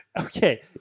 Okay